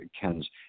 Ken's